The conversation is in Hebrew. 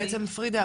בעצם פרידה,